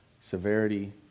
Severity